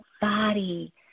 body